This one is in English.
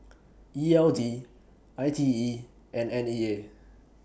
E L D I T E and N E A